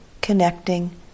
connecting